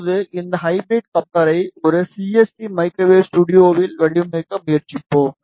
இப்போது இந்த ஹைப்ரிட் கப்ளரை ஒரு சிஎஸ்டி மைக்ரோவேவ் ஸ்டுடியோவில் வடிவமைக்க முயற்சிப்போம்